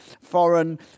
foreign